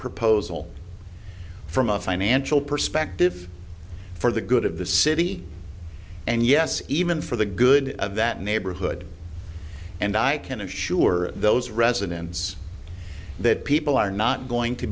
proposal from a financial perspective for the good of the city and yes even for the good of that neighborhood and i can assure those residents that people are not going to